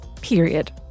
period